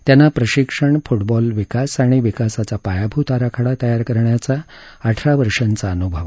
त्यांना प्रशिक्षण फुटबॉल विकास आणि विकासाचा पायाभूत आराखडा तयार करण्याचा अठरा वर्षांचा अनुभव आहे